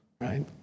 right